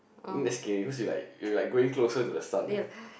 mm scary cause you like you like going closer to the sun eh